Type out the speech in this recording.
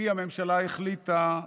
כי הממשלה החליטה,